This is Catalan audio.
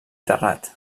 terrat